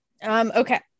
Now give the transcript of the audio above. Okay